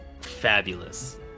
fabulous